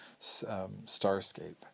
starscape